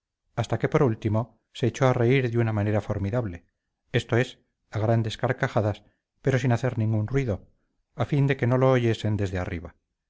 hasta que por último se echó a reír de una manera formidable esto es a grandes carcajadas pero sin hacer ningún ruido a fin de que no lo oyesen desde arriba